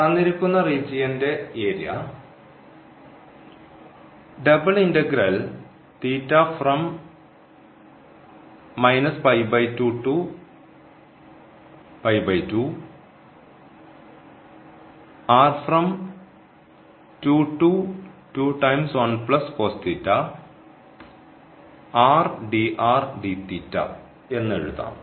തന്നിരിക്കുന്ന റീജിയൻറെ ഏരിയ എന്ന് എഴുതാം